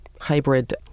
hybrid